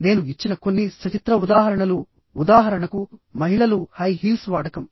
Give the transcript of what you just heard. నేను ఇచ్చిన కొన్ని సచిత్ర ఉదాహరణలు ఉదాహరణకు మహిళలు హై హీల్స్ వాడకం